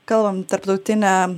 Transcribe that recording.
kalbam tarptautinę